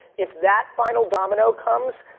if that final domino comes,